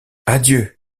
adieu